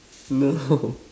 no